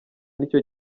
nicyo